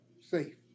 safe